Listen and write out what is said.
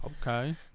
Okay